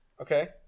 Okay